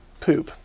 poop